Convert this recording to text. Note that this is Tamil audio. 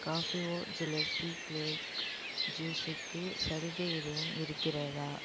காஃபிவோ துளசி க்லேக் ஜூஸுக்கு சலுகை எதுவும் இருக்கிறதா